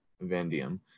vanadium